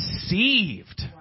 deceived